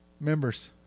Members